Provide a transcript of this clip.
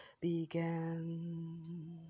began